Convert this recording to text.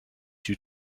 due